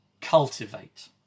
cultivate